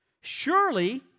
Surely